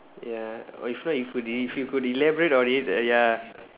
ya or if not if if you could elaborate on it uh ya